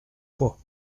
fois